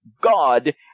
God